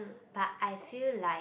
but I feel like